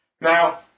Now